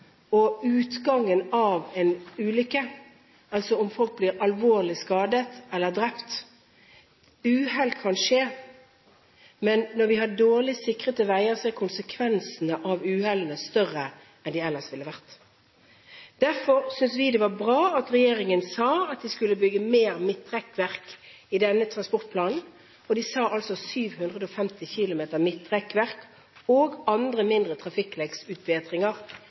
og utgangen av en ulykke, altså om folk blir alvorlig skadet eller drept. Uhell kan skje, men når vi har dårlig sikrede veier, er konsekvensene av uhellene større enn de ellers ville ha vært. Derfor synes vi det var bra at regjeringen i Nasjonal transportplan sa at den skulle bygge mer midtrekkverk: 750 km «midtrekkverk og